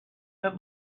but